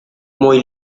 muy